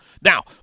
now